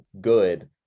good